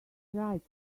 right